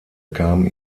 kamen